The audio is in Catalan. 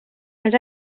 els